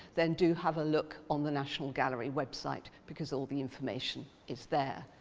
then do have a look on the national gallery website because all the information is there.